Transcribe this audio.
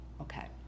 okay